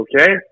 okay